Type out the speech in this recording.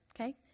okay